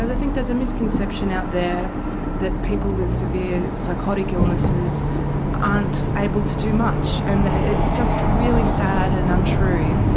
and think there's a misconception out there that people with severe psychotic illnesses aren't able to do much and it's just really sad and untrue.